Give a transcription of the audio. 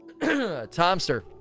Tomster